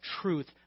truth